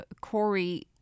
Corey